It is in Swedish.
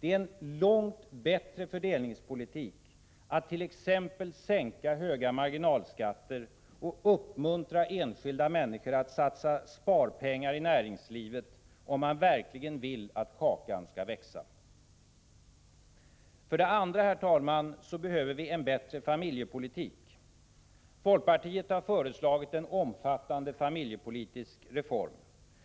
Det är en långt bättre fördelningspolitik att t.ex. sänka höga marginalskatter och uppmuntra enskilda människor att satsa sparpengar i näringslivet, om man verkligen vill att kakan skall växa. För det andra, herr talman, behöver vi en bättre familjepolitik. Folkpartiet har föreslagit en omfattande familjepolitisk reform.